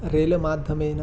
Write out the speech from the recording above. rail माध्यमेन